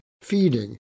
feeding